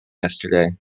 yesterday